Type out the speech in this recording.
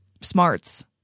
smarts